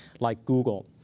like google.